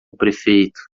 prefeito